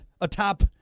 atop